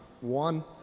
One